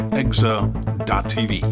exa.tv